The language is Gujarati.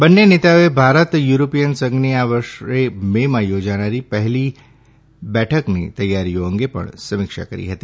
બંને નેતાઓએ ભારત યુરોપીય સંઘની આ વર્ષે મે માં યોજાનારી પહેલી બેઠકની તૈયારીઓ અંગે પણ સમીક્ષા કરી હતી